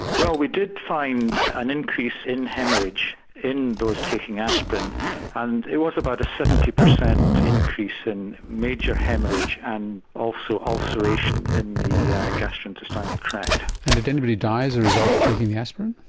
well we did find an increase in haemorrhage in those taking aspirin and it was about a seventy percent increase in major haemorrhage and also ulceration in the yeah gastro-intestinal tract. and did anybody die as a result of taking aspirin?